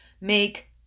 make